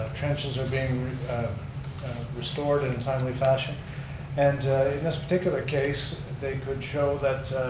trenches are being restored in a timely fashion and in this particular case, they could show that